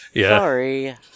Sorry